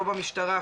לא במשטרה,